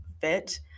fit